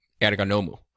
ergonomu